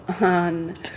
on